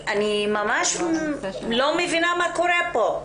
אני לא מבינה מה קורה פה?